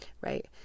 right